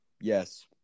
Yes